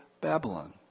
Babylon